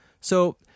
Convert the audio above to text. So-